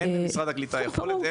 אין למשרד הקליטה יכולת,